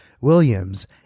Williams –